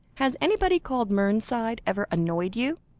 has anybody called mernside ever annoyed you?